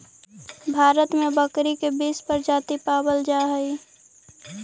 भारत में बकरी के बीस प्रजाति पावल जा हइ